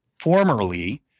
formerly